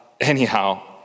anyhow